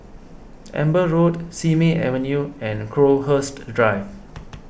Amber Road Simei Avenue and Crowhurst Drive